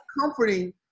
comforting